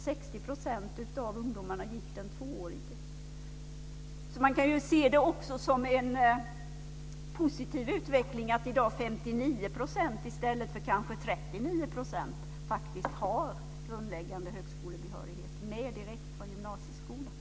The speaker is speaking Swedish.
60 % av ungdomarna gick tvååriga utbildningar. Så man kan också se det som en positiv utveckling att det i dag är 59 % i stället för kanske 39 % som faktiskt har grundläggande högskolebehörighet med sig direkt från gymnasieskolan.